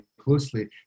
closely